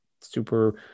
Super